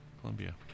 Columbia